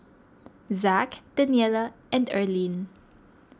Zack Daniella and Erlene